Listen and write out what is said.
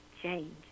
change